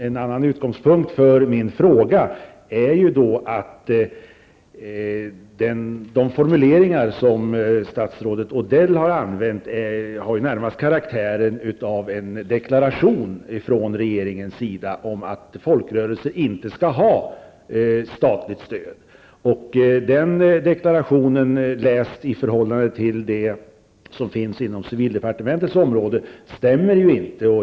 En annan utgångspunkt för min fråga var att de formuleringar som statsrådet Odell använder närmast har karaktären av en deklaration för regeringens sida om att folkrörelser inte skall ha statligt stöd. Den deklarationen stämmer inte med det som uttalas på civildepartementets område.